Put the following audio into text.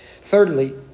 Thirdly